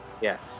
Yes